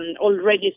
already